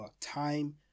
time